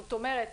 זאת אומרת